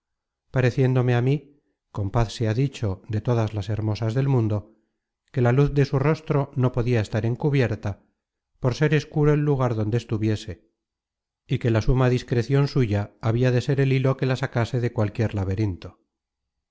destos contornos preguntando con paz sea dicho de todas las hermosas del mundo que la luz de su rostro no podia estar encubierta por ser escuro el lugar donde estuviese y que la suma discrecion suya habia de ser el hilo que la sacase de cualquier laberinto